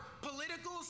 political